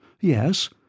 Yes